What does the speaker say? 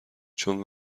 چون